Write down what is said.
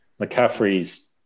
McCaffrey's